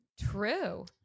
True